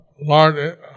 Lord